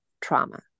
trauma